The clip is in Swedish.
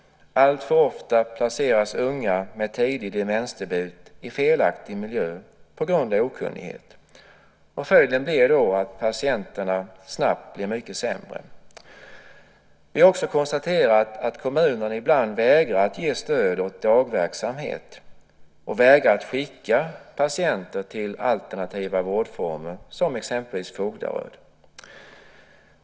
Alltför ofta placeras unga med tidig demensdebut i felaktig miljö på grund av okunnighet. Följden blir att patienterna snabbt blir mycket sämre. Vi har också konstaterat att kommunerna ibland vägrar att ge stöd åt dagverksamhet och vägrar att skicka patienter till alternativa vårdformer som exemelvis Fogdaröd.